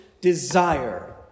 desire